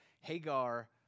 Hagar